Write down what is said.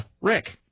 Rick